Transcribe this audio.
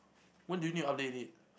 when do you need to update it